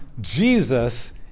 Jesus